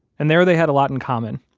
and there they had a lot in common.